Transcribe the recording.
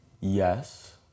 Yes